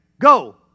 Go